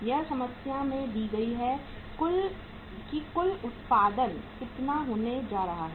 यह समस्या में दी गई है कि कुल उत्पादन कितना होने जा रहा है